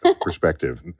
perspective